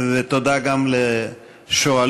ותודה גם לשואלים.